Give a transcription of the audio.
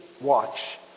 watch